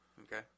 Okay